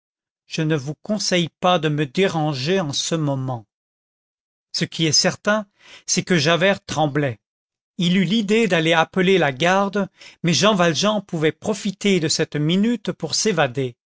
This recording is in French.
je ne vous conseille pas de me déranger en ce moment ce qui est certain c'est que javert tremblait il eut l'idée d'aller appeler la garde mais jean valjean pouvait profiter de cette minute pour s'évader